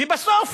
ובסוף